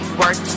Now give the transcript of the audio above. work